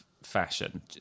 fashion